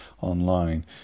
online